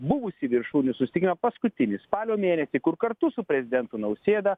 buvusį viršūnių susitikimą paskutinį spalio mėnesį kur kartu su prezidentu nausėda